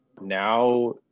now